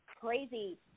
crazy